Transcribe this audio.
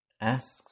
asks